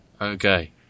Okay